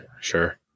sure